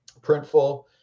Printful